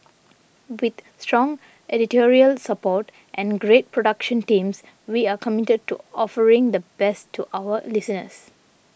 with strong editorial support and great production teams we are committed to offering the best to our listeners